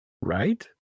right